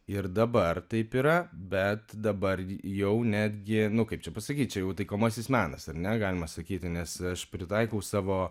ir dabar taip yra bet dabar jau netgi nu kaip čia pasakyt čia jau taikomasis menas ar ne galima sakyti nes aš pritaikau savo